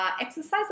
exercise